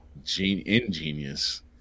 ingenious